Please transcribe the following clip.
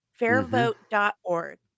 Fairvote.org